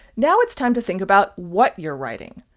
now it's time to think about what you're writing.